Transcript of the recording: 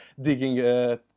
digging